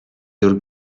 your